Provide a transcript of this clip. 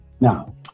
Now